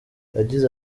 yagize